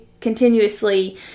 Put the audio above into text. continuously